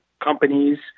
companies